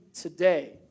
today